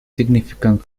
significant